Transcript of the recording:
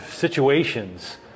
Situations